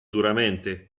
duramente